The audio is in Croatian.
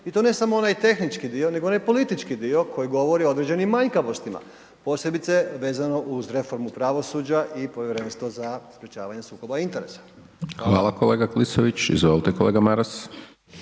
i to ne samo onaj tehnički dio nego i onaj politički dio koji govori o određenim manjkavostima, posebice vezano uz reformu pravosuđa i Povjerenstva za sprječavanje sukoba interesa. **Hajdaš Dončić, Siniša (SDP)** Hvala kolega Klisović. Izvolite kolega Maras.